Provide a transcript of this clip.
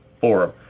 forum